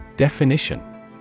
Definition